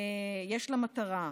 יש לה מטרה.